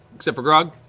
except for grog,